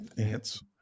ants